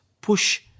push